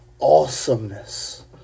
awesomeness